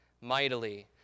mightily